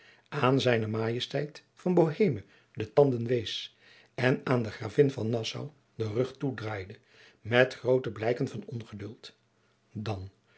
m van boheme de tanden wees en aan de gravin van nassau den rug toedraaide met groote blijken van ongeduld dan